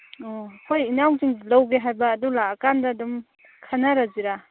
ꯑꯣ ꯑꯩꯈꯣꯏ ꯏꯅꯥꯎꯁꯤꯡ ꯂꯧꯒꯦ ꯍꯥꯏꯕ ꯑꯗꯨ ꯂꯥꯛꯑꯀꯥꯟꯗ ꯑꯗꯨꯝ ꯈꯟꯅꯔꯁꯤꯔꯥ